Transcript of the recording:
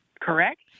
correct